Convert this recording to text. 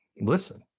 listen